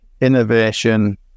innovation